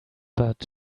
but